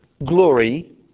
glory